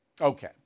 Okay